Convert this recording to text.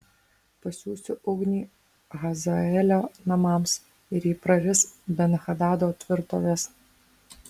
pasiųsiu ugnį hazaelio namams ir ji praris ben hadado tvirtoves